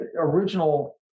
original